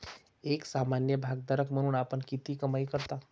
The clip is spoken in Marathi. एक सामान्य भागधारक म्हणून आपण किती कमाई करता?